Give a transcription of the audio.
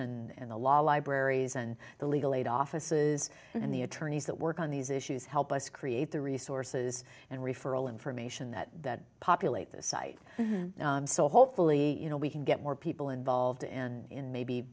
and the law libraries and the legal aid offices and the attorneys that work on these issues help us create the resources and referral information that that populate this site so hopefully you know we can get more people involved in maybe